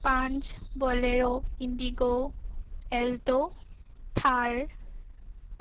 punch bolero indigo alto Thar